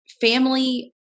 family